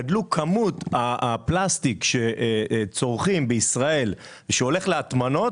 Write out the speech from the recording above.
גדלה כמות הפלסטיק שצורכים בישראל שהולך להטמנות